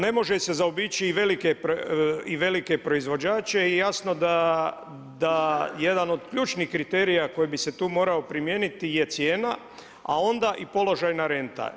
Ne može se zaobići i velike proizvođače i jasno da jedan od ključnih kriterija koji bi se tu morao primijeniti je cijena, a onda i položajna renta.